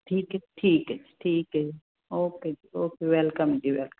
ਠੀਕ ਹੈ ਠੀਕ ਹੈ ਵੈਲਕਮ ਜੀ ਵੈਲਕਮ